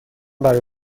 برای